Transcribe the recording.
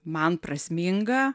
man prasminga